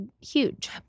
huge